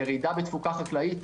ירידה בתפוקה חקלאית,